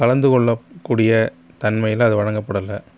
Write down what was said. கலந்துக் கொள்ளக் கூடிய தன்மையில் அது வழங்கப்படலை